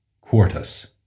Quartus